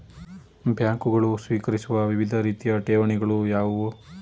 ಬ್ಯಾಂಕುಗಳು ಸ್ವೀಕರಿಸುವ ವಿವಿಧ ರೀತಿಯ ಠೇವಣಿಗಳು ಯಾವುವು?